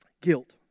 Guilt